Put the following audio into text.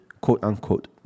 quote-unquote